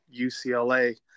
UCLA